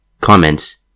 Comments